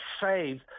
save